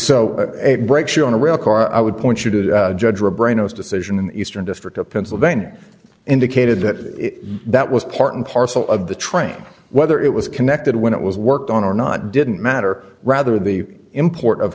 so brakes you on a real car i would point you to judge or a brain knows decision in the eastern district of pennsylvania indicated that that was part and parcel of the train whether it was connected when it was worked on or not didn't matter rather the import of